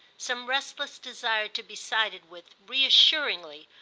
some restless desire to be sided with, reassuringly,